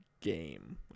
game